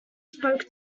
spoke